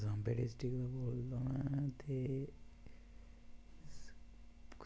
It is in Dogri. सांबा डिस्ट्रिक्ट दा बोल्ला ना ते